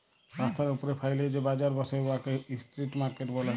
রাস্তার উপ্রে ফ্যাইলে যে বাজার ব্যসে উয়াকে ইস্ট্রিট মার্কেট ব্যলে